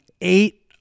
eight